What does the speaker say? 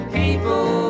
people